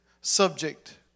subject